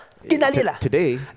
Today